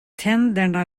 tänderna